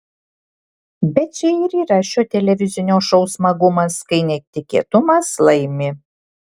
bet čia ir yra šio televizinio šou smagumas kai netikėtumas laimi